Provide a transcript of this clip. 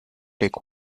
take